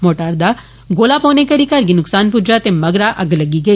mortar दा गोला पौने करी इक घर गी न्क्सान प्ज्जा ते मगरा अग्ग लगी गेई